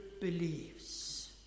believes